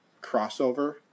crossover